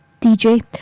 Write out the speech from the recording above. DJ